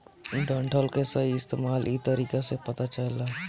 डंठल के सही इस्तेमाल इ तरीका से पता चलेला